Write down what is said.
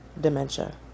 dementia